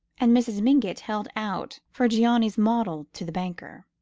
and mrs. mingott held out ferrigiani's model to the banker.